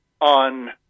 on